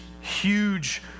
huge